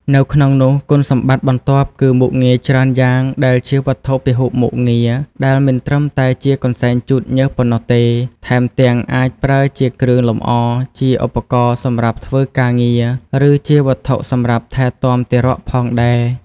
នៅក្នុងនោះគុណសម្បត្តិបន្ទាប់គឺ មុខងារច្រើនយ៉ាងដែលជាវត្ថុពហុមុខងារដែលមិនត្រឹមតែជាកន្សែងជូតញើសប៉ុណ្ណោះទេ ថែមទាំងអាចប្រើជាគ្រឿងលម្អ ជាឧបករណ៍សម្រាប់ធ្វើការងារ ឬជាវត្ថុសម្រាប់ថែទាំទារកផងដែរ។